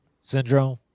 Syndrome